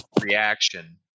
reaction